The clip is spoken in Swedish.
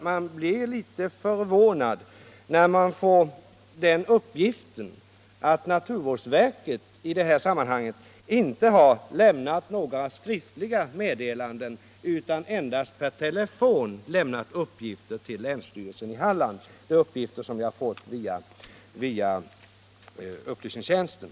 Man blir litet förvånad när man får höra att naturvårdsverket inte har Jämnat några skriftliga meddelanden utan endast per telefon limnat uppgifter till länsstyrelsen i Halland — det beskedet har jag fått via upplysningstjänsten.